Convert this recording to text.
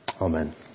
Amen